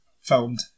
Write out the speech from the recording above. filmed